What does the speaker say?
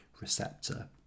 receptor